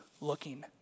looking